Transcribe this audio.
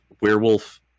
werewolf